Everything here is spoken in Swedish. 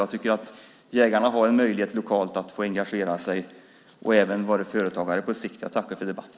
Jag tycker att jägarna har en möjlighet lokalt att engagera sig och vara företagare på sikt. Jag tackar för debatten.